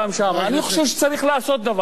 אני חושב שצריך לעשות דבר בעניין הזה.